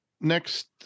next